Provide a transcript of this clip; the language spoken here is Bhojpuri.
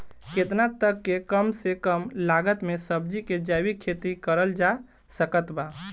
केतना तक के कम से कम लागत मे सब्जी के जैविक खेती करल जा सकत बा?